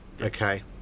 okay